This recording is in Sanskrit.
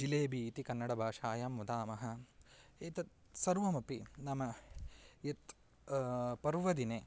जिलेबि इति कन्नडभाषायं वदामः एतत् सर्वमपि नाम यत् पर्वदिने